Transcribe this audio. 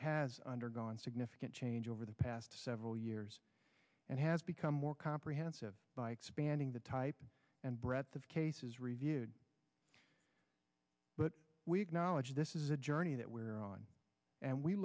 has undergone significant change over the past several years and has become more comprehensive by expanding the type and breadth of cases reviewed but we've knowledge this is a journey that we're on and we